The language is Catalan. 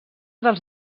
dels